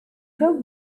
dog